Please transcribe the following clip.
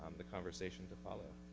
the conversation to follow.